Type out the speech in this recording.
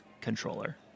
controller